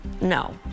No